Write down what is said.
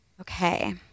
Okay